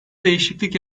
değişiklik